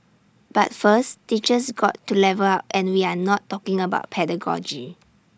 but first teachers got to level up and we are not talking about pedagogy